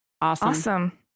Awesome